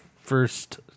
first